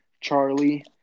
Charlie